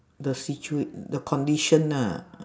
the situa~ the condition ah